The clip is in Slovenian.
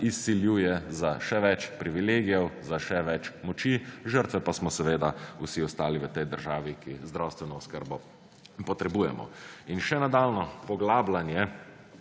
izsiljuje za še več privilegije za še več moči žrtve pa smo vsi ostali v tej državi, ki zdravstveno oskrbo potrebujemo. Še nadaljnjo poglabljanje